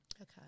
okay